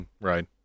Right